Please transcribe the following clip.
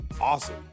awesome